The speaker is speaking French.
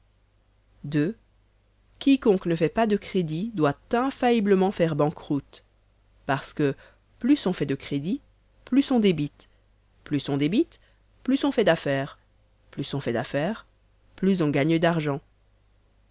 quiconque ne fait pas de crédit doit infailliblement faire banqueroute parce que plus on fait de crédit plus on débite plus on débite plus on fait d'affaires plus on fait d'affaires plus on gagne d'argent